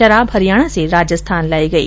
शराब हरियाणा से राजस्थान लाई गई